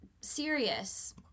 serious